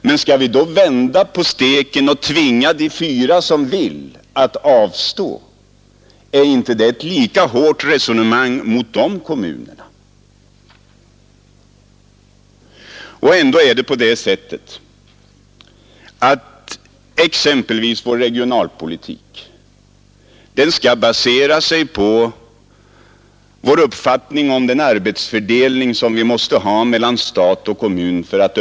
Men skall vi då vända på steken och tvinga de fyra som vill kommunsammanläggningen att avstå? Är inte det ett lika hårt resonemang mot de kommunerna?